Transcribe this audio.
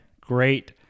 great